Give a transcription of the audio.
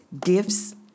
gifts